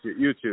YouTube